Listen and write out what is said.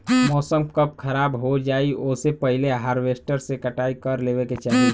मौसम कब खराब हो जाई ओसे पहिले हॉरवेस्टर से कटाई कर लेवे के चाही